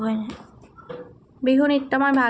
বিহু নৃত্য মই ভাল